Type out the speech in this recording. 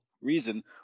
reason